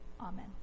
Amen